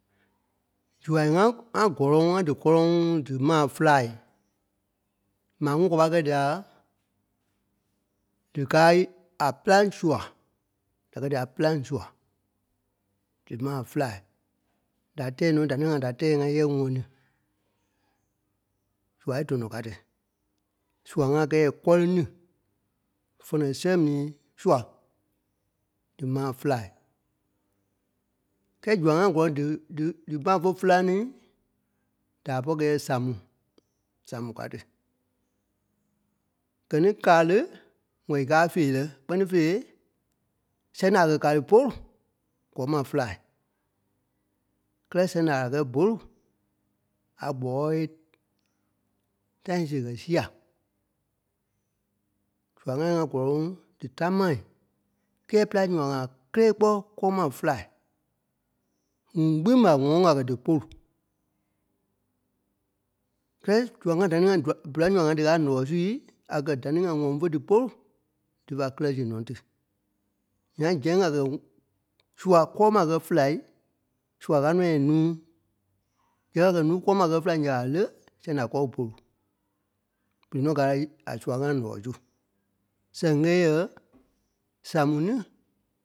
Zuai ŋá- ŋá gɔlɔŋ- ŋá dí kɔ́lɔŋ dí maa félai. Maa ŋuŋ kwa pâi kɛ̂i dîa díkaai a pîlaŋ sua. Da kɛ́ dîa pîlaŋ sua, dí maa félai da tɛɛ nɔ́, da ni ŋa da tɛɛ nɔ́ yɛ̂ɛ ŋɔni. Zuai dɔnɔ ká tí, sua ŋa kɛ́ɛ yɛ̂ɛ kɔ́li ní fɛnɛ sɛŋ mii sua; dí maa félai. Kɛ́ɛ zuai ŋá gɔlɔŋ dí- dí- dí maa fé féla ní da a pɔ̂ri kɛ̂i yɛ̂ɛ Samu, Samu ká tí. Gɛ̀ ní kàli ŋwɛ̂i káa feerɛ, kpɛ́ni fêi, sɛŋ da a kɛ̀ kàli pôlu gɔ́ɔ ma félai, kɛ́lɛ sɛŋ da a wàla kɛ́ bôlu, a gbɔ́ɔi tãi siɣe gɛ́ sía. Zua ŋai ŋá gɔ́lɔŋ dí támaai, kɛ́ɛ pîlaŋ sua ŋa kélee kpɔ́ kɔ́ɔ ma félai. ŋuŋ kpîŋ ɓa ŋɔŋ a kɛ́ dí pôlu. Tɔ́i sua ŋa dá ni ŋa bîlaŋ sua ŋai díkaa ǹɔɔi sui a kɛ̀ da ni ŋa ŋɔŋ fé dí pôlui, dífa kírɛ siɣ nɔ́ tí. Ǹyaŋ zɛŋ a gɛ̀ sua kɔ́ɔ ma kɛ́ félai, sua káa nɔ́ yɛ̂ɛ núu, zɛŋ a gɛ̀ núu kɔ́ɔ ma kɛ́ felai, ǹya ɓa lé? zɛŋ da kɔɔ bôlu. Bere nɔ́ ɓé gáa la a sua ŋa ǹɔɔi su. Sɛŋ kɛ́ɛ yɛ̂ɛ Samu ní.